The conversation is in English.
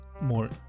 more